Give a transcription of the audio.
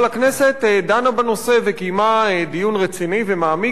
אבל הכנסת דנה בנושא וקיימה דיון רציני ומעמיק